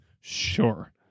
Sure